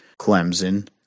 clemson